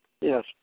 Yes